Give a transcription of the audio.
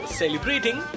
celebrating